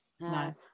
no